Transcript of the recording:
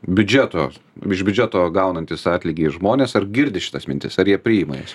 biudžeto iš biudžeto gaunantys atlygį žmonės ar girdi šitas mintis ar jie priima jas